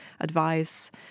advice